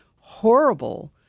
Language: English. horrible